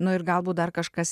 nu ir galbūt dar kažkas